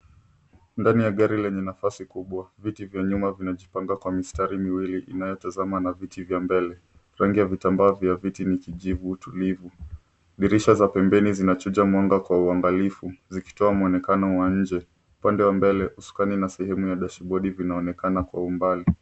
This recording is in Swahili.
Ndani la gari lenye nafasi kubwa. Viti vywa nyuma vinajipanga kwa mistari miwili inayotazama na viti vya mbele. Rangi ya vitambaa vya viti ni kijivu tulivu. Dirisha za pembeni zinachuja mwanga kwa uangalifu zikitoa mwonekano wa nje. Upande wa mbele usukani na sehemu ya dashibodi vinaonekana kwa umbali.